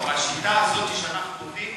בשיטה הזאת שאנחנו עובדים,